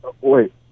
Wait